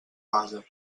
base